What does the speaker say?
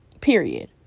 Period